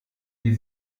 die